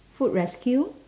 food rescue